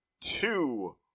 two